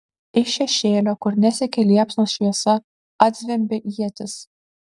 iš šešėlio kur nesiekė liepsnos šviesa atzvimbė ietis